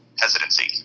hesitancy